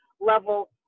level